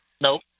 Nope